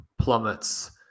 plummets